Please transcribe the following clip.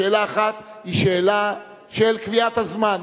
השאלה האחת היא שאלה של קביעת הזמן,